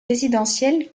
résidentielle